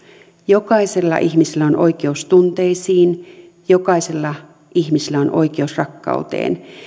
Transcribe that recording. jokaisella ihmisellä on oikeus tunteisiin jokaisella ihmisellä on oikeus rakkauteen